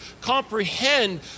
comprehend